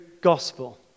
gospel